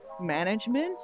management